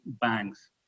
banks